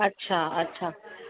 अच्छा अच्छा